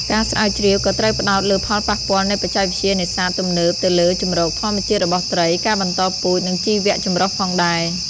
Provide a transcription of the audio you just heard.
ការស្រាវជ្រាវក៏ត្រូវផ្តោតលើផលប៉ះពាល់នៃបច្ចេកវិទ្យានេសាទទំនើបទៅលើជម្រកធម្មជាតិរបស់ត្រី ការបន្តពូជ និងជីវចម្រុះផងដែរ។